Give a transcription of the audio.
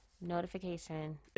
Notification